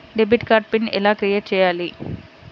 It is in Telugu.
డెబిట్ కార్డు పిన్ ఎలా క్రిఏట్ చెయ్యాలి?